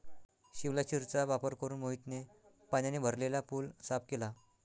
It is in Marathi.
शिवलाशिरचा वापर करून मोहितने पाण्याने भरलेला पूल साफ केला